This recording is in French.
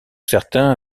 certains